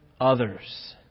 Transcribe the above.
others